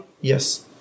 Yes